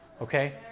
Okay